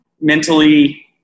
mentally